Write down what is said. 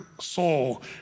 soul